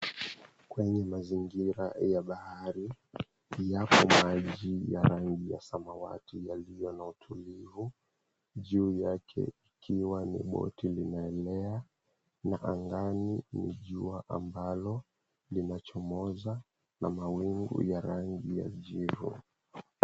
Kwenye mazingira ya bahari yapo maji ya rangi ya samawati yaliyo na utulivu. Juu yake ikiwa ni boti inaelea na angani ni jua ambalo linachomoza na mawingu ya rangi ya jivu.